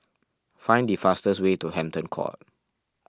find the fastest way to Hampton Court